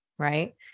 right